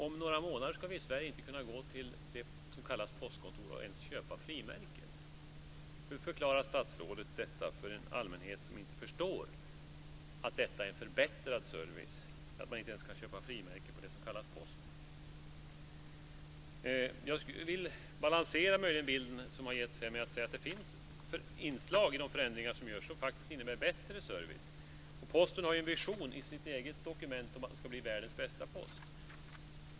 Om några månader ska vi i Sverige inte kunna gå till det som kallas för postkontor för att ens köpa frimärken. Hur förklarar statsrådet detta för en allmänhet som inte förstår att det är förbättrad service att inte ens kunna köpa frimärken på det som kallas för Posten? Jag vill balansera den bild som har getts här. Det finns inslag i de förändringar som genomförs som faktiskt innebär bättre service. Posten har i sitt eget dokument en vision om att man ska bli världens bästa post.